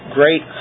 great